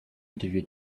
interview